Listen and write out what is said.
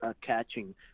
catching